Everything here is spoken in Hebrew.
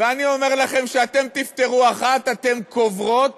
ואני אומר לכם שאתן תפתרו אחת, אתן קוברות